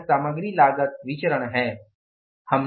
यह सामग्री लागत विचरण है